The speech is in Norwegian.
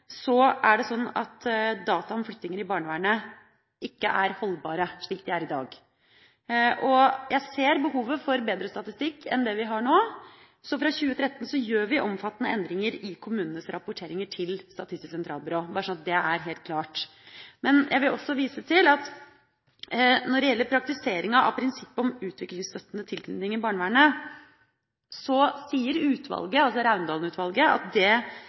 at dataene om flyttinger i barnevernet ikke er holdbare slik de er i dag. Jeg ser behovet for bedre statistikk enn det vi har nå, så fra 2013 gjør vi omfattende endringer i kommunenes rapporteringer til Statistisk sentralbyrå, bare sånn at det er helt klart. Men jeg vil også vise til at når det gjelder praktiseringa av prinsippet om utviklingsstøttende tilknytning i barnevernet, sier Raundalen-utvalget at det vil forutsette at barneverntjenesten har tilgang til kompetanse for å vurdere om omsorgskompetansen, som de kaller det,